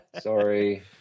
Sorry